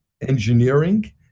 engineering